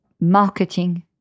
marketing